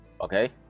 Okay